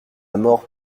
mort